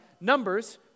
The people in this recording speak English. Numbers